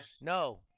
No